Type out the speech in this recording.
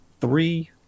three